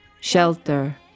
Shelter